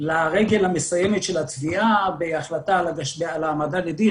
לרגל המסיימת של התביעה בהחלטה על העמדה לדין